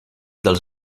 dels